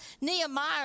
Nehemiah